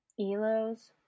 ELOs